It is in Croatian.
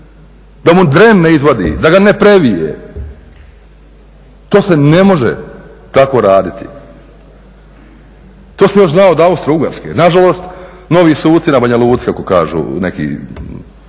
da mu dren ne izvadi, da ga ne previje. To se ne može tako raditi. To se još radilo od Austrougarske. Nažalost, novi suci na Banja Luci kako kažu neki